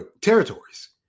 territories